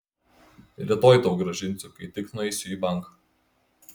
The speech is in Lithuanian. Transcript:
rytoj tau grąžinsiu kai tik nueisiu į banką